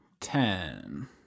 Ten